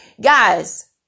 guys